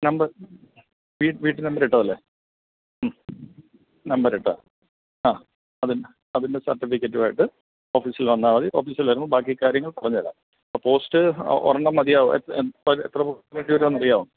number വീ വീട്ട് number ഇട്ടതല്ലേ ഉം നമ്പർ ഇട്ടതാണ് ആ അതി അതിൻ്റെ സർട്ടിഫിക്കറ്റുമായിട്ട് ഓഫീസിൽ വന്നാൽ മതി ഓഫീസിൽ വരുമ്പോൾ ബാക്കി കാര്യങ്ങൾ പറഞ്ഞ് തരാം പോസ്റ്റ് ഒ ഒരെണ്ണം മതിയാവും എ എത്ര വേണ്ടിവരും എന്ന് അറിയാമോ